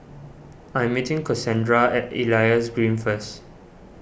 I am meeting Cassondra at Elias Green first